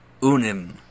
Unim